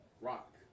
Rock